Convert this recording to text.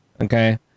Okay